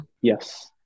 Yes